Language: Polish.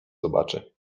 zobaczy